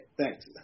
thanks